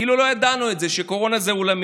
כאילו לא ידענו את זה שקורונה זה עולמי,